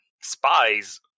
spies